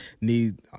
need